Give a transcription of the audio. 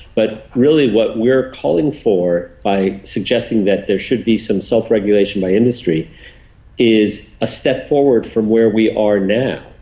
but really what we're calling for by suggesting that there should be some self-regulation by industry is a step forward from where we are now.